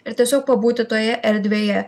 ir tiesiog pabūti toje erdvėje